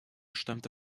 stammte